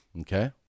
Okay